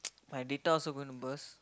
my data also going to burst